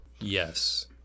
yes